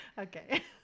Okay